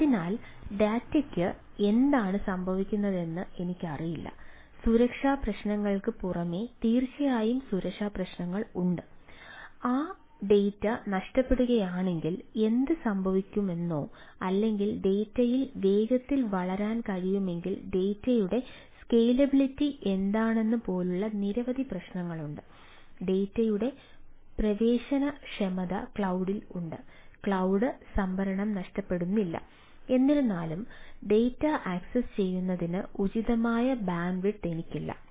അതിനാൽ ഡാറ്റയ്ക്ക് എന്താണ് സംഭവിക്കുന്നതെന്ന് എനിക്കറിയില്ല സുരക്ഷാ പ്രശ്നങ്ങൾക്ക് പുറമെ തീർച്ചയായും സുരക്ഷാ പ്രശ്നങ്ങൾ ഉണ്ട് ആ ഡാറ്റ നഷ്ടപ്പെടുകയാണെങ്കിൽ എന്തുസംഭവിക്കുമെന്നോ അല്ലെങ്കിൽ ഡേറ്റയിൽ വേഗത്തിൽ വളരാൻ കഴിയുമെങ്കിൽ ഡേറ്റയുടെ സ്കേലബിളിറ്റിയെക്കുറിച്ചോ എനിക്കില്ല